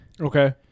Okay